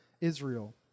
Israel